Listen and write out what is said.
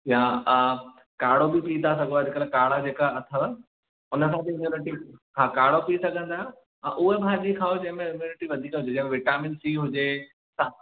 या अ काढ़ो बि पी था सघो अॼुकल्ह काढ़ा जेका अथव उन सां बि इम्यूनिटी हा काढ़ो पी सघंदा आहियो हा उहे भाॼियूं खाओ जंहिंमें इम्यूनिटी वधीक हुजे जंहिंमें विटमिन सी हुजे